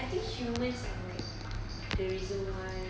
I think humans are the reason why